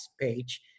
page